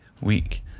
week